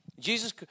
Jesus